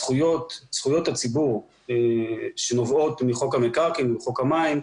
זכויות הציבור שנובעות מחוק המקרקעין, מחוק המים,